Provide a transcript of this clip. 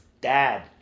dad